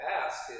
ask